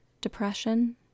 depression